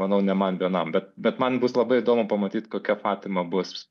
manau ne man vienam bet bet man bus labai įdomu pamatyt kokia fatima bus